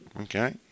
Okay